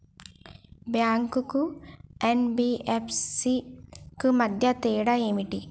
Bank కు NBFC కు మధ్య తేడా ఏమిటి?